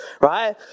right